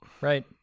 right